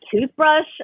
toothbrush